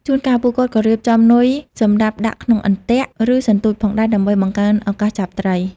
ជួនកាល ពួកគាត់ក៏រៀបចំនុយសម្រាប់ដាក់ក្នុងអន្ទាក់ ឬសន្ទូចផងដែរ ដើម្បីបង្កើនឱកាសចាប់ត្រី។